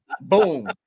Boom